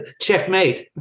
checkmate